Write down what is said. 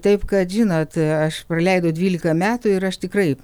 taip kad žinot aš praleidau dvylika metų ir aš tikrai